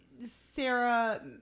Sarah